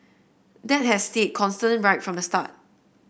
that has stayed constant right from the start